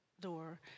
door